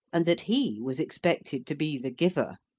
and that he was expected to be the giver.